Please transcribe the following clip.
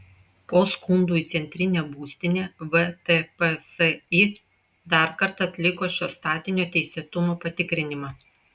po skundų į centrinę būstinę vtpsi dar kartą atliko šio statinio teisėtumo patikrinimą